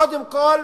קודם כול,